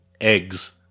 Eggs